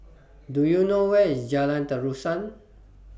Do YOU know Where IS Jalan Terusan